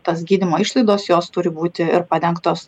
tos gydymo išlaidos jos turi būti ir padengtos